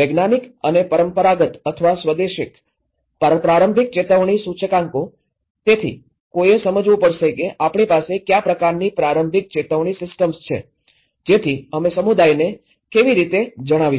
વૈજ્ઞાનિક અને પરંપરાગત અથવા સ્વદેશી પ્રારંભિક ચેતવણી સૂચકાંકો તેથી કોઈએ સમજવું પડશે કે આપણી પાસે કયા પ્રકારની પ્રારંભિક ચેતવણી સિસ્ટમ્સ છે જેથી અમે સમુદાયને આ કેવી રીતે જણાવી શકીએ